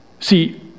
See